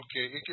Okay